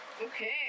Okay